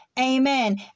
Amen